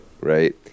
right